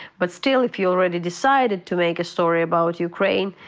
but still if you already decided to make a story about ukraine,